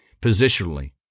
positionally